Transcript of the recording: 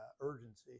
urgency